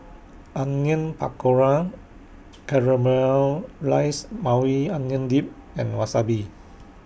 Onion Pakora Caramelized Maui Onion Dip and Wasabi